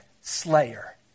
slayer